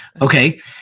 Okay